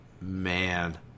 Man